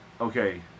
Okay